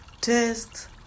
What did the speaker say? Test